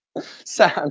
Sam